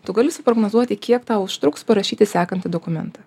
tu gali prognozuoti kiek tau užtruks parašyti sekantį dokumentą